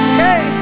hey